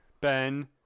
Ben